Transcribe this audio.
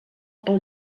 pel